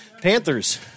Panthers